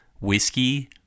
Whiskey